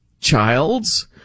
childs